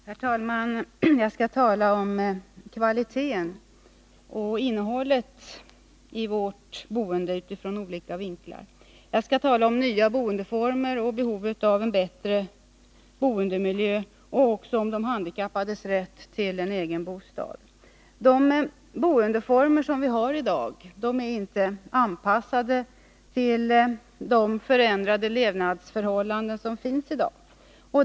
Herr talman! Jag skall tala om kvaliteten och innehållet i vårt boende utifrån olika synvinklar. Jag skall tala om nya boendeformer och om behovet av en bättre boendemiljö och om de handikappades rätt till bostad. De boendeformer som vi har i dag är inte anpassade till de förändrade levnadsförhållandena.